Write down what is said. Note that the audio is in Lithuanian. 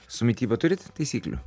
su mityba turit taisyklių